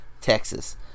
Texas